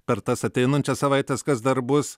per tas ateinančias savaites kas dar bus